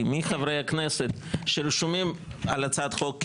מי חברי הכנסת שרשומים על הצעת החוק,